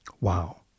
Wow